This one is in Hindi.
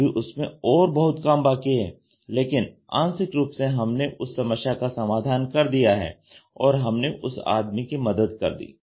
अभी उसमें और बहुत काम बाकी है लेकिन आंशिक रूप से हमने उस समस्या का समाधान कर दिया है और हमने उस आदमी की मदद कर दी